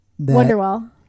Wonderwall